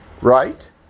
Right